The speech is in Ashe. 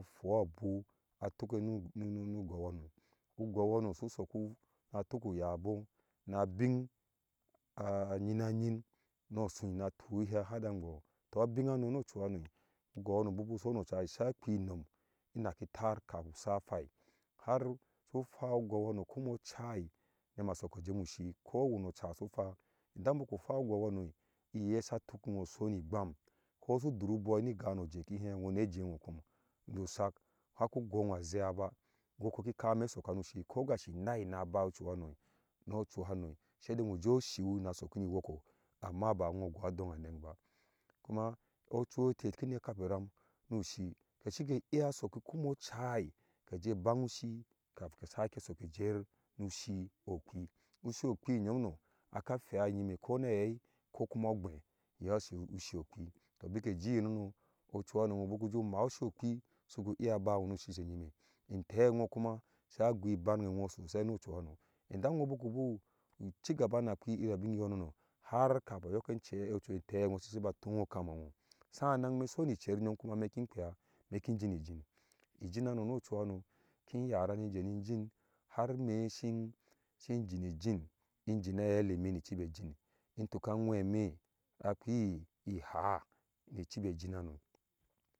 Kuwa abu atuke nu gɔu hano ugɔu hano su soku na tuku yabo na abin a nyina nyina no suin atuhe a hadaimbɔɔ tɔ abin ano no ɔchuhano ugou hano buku sok no cai se akpi inom inaki taar ka pin usa a phai han su pha ugɔu hano kumo cai nima soka jɛ mu shi kowa ni ɔcha su pha idan buka pha ugɔu hano iye sa tuki nho uso ni gbam ko su dur ubɔi ki gahaane jewo ki he nho ne jewo kom ju sak haku goho zeyaba woko ki kame soka ku shi kasgasi nai na bai ɔchuhano sei dei nho uje ushew na soki ni woko amma ba inho gɔɔ adongha nang ba kuma ɔchu ɛtɛ kina kape ram nu shi kɛ shie iya soki kumo cai keje bangha ushi kamin ke sake soke jɛyir ushi ɔkpi ushi okpi nyomno aka phea nyime ko na hai koogbeh yɛ su shi okpi su iya abanha nu shishe nyime in tɛɛ nho kuma sa gui bange nho sosai n ɔchuhana idan nho buku buu cigaba na kpei ive abin mboh no han kamin a you ochu ntɛɛ nho siba tuhe okham mwɛ nho sana ime so ni cer nyom me shiki kpea meki jinijin ijin hano no ɔchuhano ki yara ni jeni jin har ime shi jinijin in jina hailɛmɛ ni eibi jeu in tuka aŋwɛ me akpi ihaa ni cibi ejin hano.